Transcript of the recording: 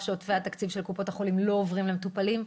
שעודפי התקציב של קופות החולים לא עוברים למטופלים.